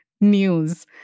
news